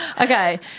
Okay